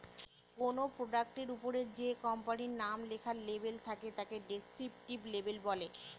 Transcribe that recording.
কোনো প্রোডাক্টের ওপরে যে কোম্পানির নাম লেখার লেবেল থাকে তাকে ডেস্ক্রিপটিভ লেবেল বলে